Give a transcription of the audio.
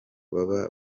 baba